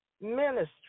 ministry